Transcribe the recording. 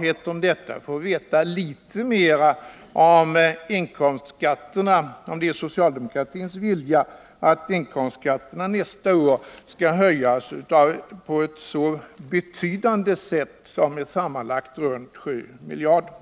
vi kunde få veta huruvida det är socialdemokraternas vilja att inkomstskatterna nästa år skall höjas på ett så betydande sätt som med sammanlagt runt 7 miljarder kronor.